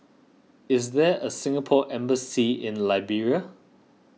is there a Singapore Embassy in Liberia